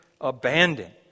abandon